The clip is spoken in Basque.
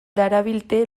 darabilte